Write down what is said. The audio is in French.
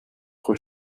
trop